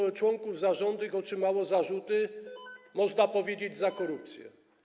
Kilku członków zarządu otrzymało zarzuty, można powiedzieć, za korupcję.